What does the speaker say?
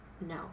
No